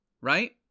right